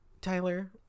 Tyler